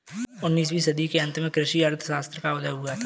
उन्नीस वीं सदी के अंत में कृषि अर्थशास्त्र का उदय हुआ